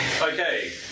Okay